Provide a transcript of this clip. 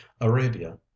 arabia